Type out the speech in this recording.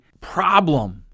problem